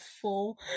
full